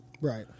right